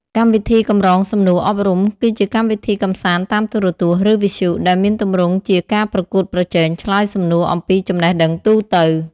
កម្មវិធីកម្រងសំណួរអប់រំ គឺជាកម្មវិធីកម្សាន្តតាមទូរទស្សន៍ ឬវិទ្យុ ដែលមានទម្រង់ជាការប្រកួតប្រជែងឆ្លើយសំណួរអំពីចំណេះដឹងទូទៅ។